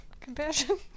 Compassion